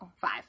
five